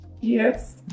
yes